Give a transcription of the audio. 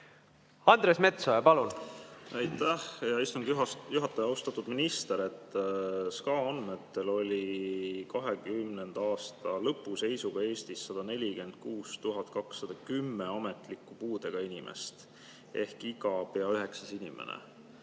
Andres Metsoja, palun! Aitäh, hea istungi juhataja! Austatud minister! SKA andmetel oli 2020. aasta lõpu seisuga Eestis 146 210 ametlikult puudega inimest ehk pea iga üheksas inimene